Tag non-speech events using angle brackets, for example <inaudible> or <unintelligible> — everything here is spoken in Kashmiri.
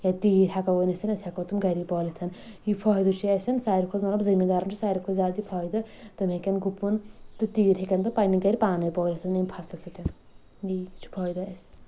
یا تیٖر ہٮ۪کو <unintelligible> أسۍ ہٮ۪کہٕ ہون ٲسۍ أسۍ ہیکَو تِم گری پٲلِتھ یہِ فٲیِدٕ چھُ اَسہِ ساروٕے کھۄتہٕ مطلب زمیٖن دارَن چھُ ساروی کھۄتہٕ فٲیِدٕ تِم ہٮ۪کَن گُپُن تہٕ تیٖر ہٮ۪کن تِم پَنٕنہِ گرِ پانے پٲلِتھ ییٚمہِ فصلہٕ سۭتۍ یی چھُ فٲیدٕ اَسہِ